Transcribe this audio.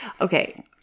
okay